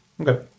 Okay